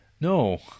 No